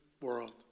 world